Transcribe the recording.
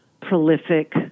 prolific